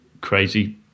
crazy